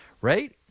right